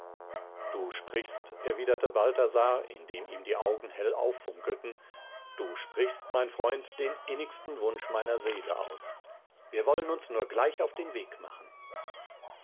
du sprichst erwiderte balthasar indem ihm die augen hell auffunkelten du sprichst mein freund den innigsten wunsch meiner seele aus wir wollen uns nur gleich auf den weg machen